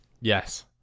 yes